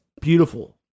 beautiful